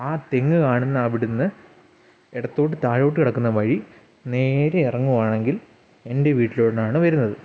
ആ തെങ്ങ് കാണുന്ന അവിടെ നിന്ന് ഇടത്തോട്ട് താഴോട്ട് കിടക്കുന്ന വഴി നേരെ ഇറങ്ങുവാണെങ്കിൽ എന്റെ വീട്ടിലോട്ടാണ് വരുന്നത്